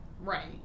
Right